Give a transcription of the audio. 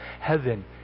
heaven